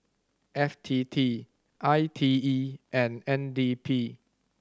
F T T I T E and N D P